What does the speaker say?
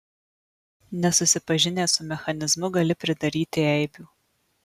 nesusipažinęs su mechanizmu gali pridaryti eibių